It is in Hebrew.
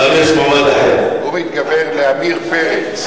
לא, הוא מתכוון לעמיר פרץ.